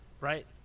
Right